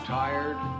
tired